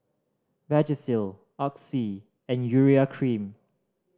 Vagisil Oxy and Urea Cream